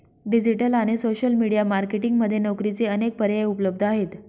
digital आणि social media marketing मध्ये नोकरीचे अनेक पर्याय उपलब्ध आहेत